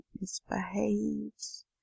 misbehaves